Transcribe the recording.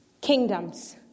kingdoms